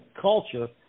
culture